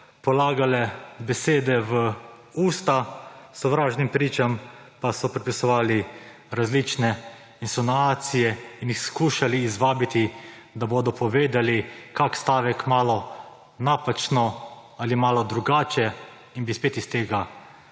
polagale besede v usta, sovražnim pričam pa so pripisovali insinuacije in jih skušali izvabiti, da bodo povedali kakšen stavek malo napačno ali malo drugače in bi spet iz tega